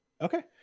Okay